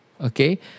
Okay